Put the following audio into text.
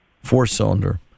Four-cylinder